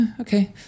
okay